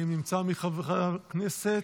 האם נמצא מי מחברי הכנסת?